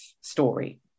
story